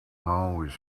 always